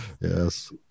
Yes